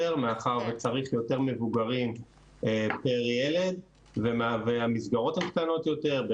מאחר שצריך יותר מבוגרים פר ילד והמסגרות הן קטנות יותר,